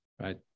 right